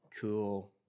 Cool